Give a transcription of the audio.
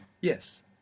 Yes